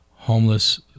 Homeless